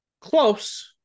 close